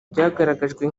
byagaragajwe